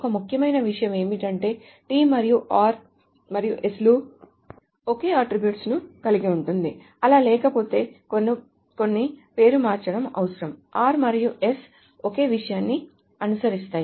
ఒక ముఖ్యమైన విషయం ఏమిటంటే t మరియు r మరియు s లు ఒకే అట్ట్రిబ్యూట్స్ ను కలిగి ఉండాలి అలా లేకపోతే కొన్ని పేరు మార్చడం అవసరం r మరియు s ఒకే విషయాన్ని అనుసరిస్తాయి